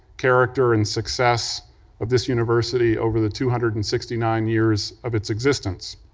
character, and success of this university over the two hundred and sixty nine years of its existence.